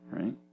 right